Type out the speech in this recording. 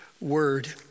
word